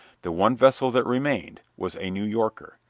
the one vessel that remained was a new yorker.